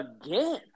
again